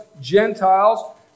Gentiles